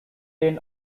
then